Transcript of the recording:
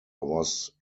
was